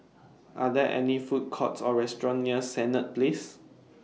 Are There Food Courts Or restaurants near Senett Place